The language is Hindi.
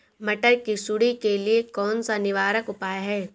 मटर की सुंडी के लिए कौन सा निवारक उपाय है?